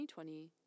2020